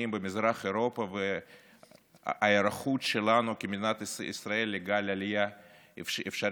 במזרח אירופה וההיערכות שלנו כמדינת ישראל לגל עלייה אפשרי,